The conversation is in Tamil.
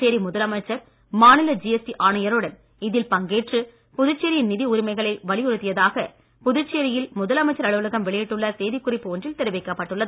புதுச்சேரி முதலமைச்சர் மாநில ஜிஎஸ்டி ஆணையருடன் இதில் பங்கேற்று புதுச்சேரியின் நிதி உரிமைகளை வலியுறுத்தியதாக புதுச்சேரியில் முதலமைச்சர் அலுவலகம் வெளியிட்டுள்ள செய்திக் குறிப்பு ஒன்றில் தெரிவிக்கப்பட்டுள்ளது